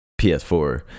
ps4